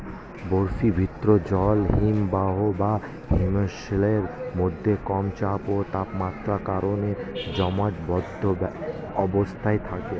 বরফীভূত জল হিমবাহ বা হিমশৈলের মধ্যে কম চাপ ও তাপমাত্রার কারণে জমাটবদ্ধ অবস্থায় থাকে